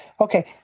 okay